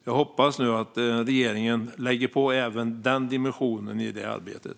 Jag hoppas att regeringen lägger på även den dimensionen i arbetet.